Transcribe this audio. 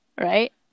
Right